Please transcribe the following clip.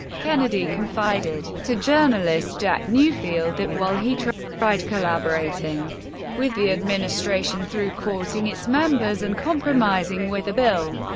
kennedy confided to journalist jack newfield that while he tried tried collaborating with the administration through courting its members and compromising with the bill,